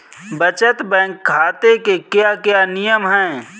बचत बैंक खाते के क्या क्या नियम हैं?